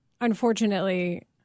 unfortunately